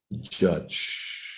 judge